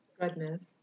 Goodness